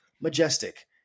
majestic